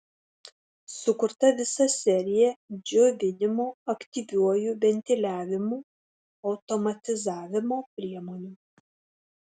sukurta visa serija džiovinimo aktyviuoju ventiliavimu automatizavimo priemonių